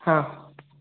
हां